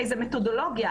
זו מתודולוגיה.